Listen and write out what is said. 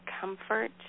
comfort